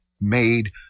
made